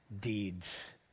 deeds